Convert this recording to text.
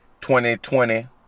2020